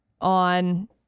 on